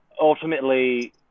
ultimately